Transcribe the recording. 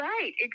Right